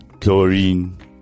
Chlorine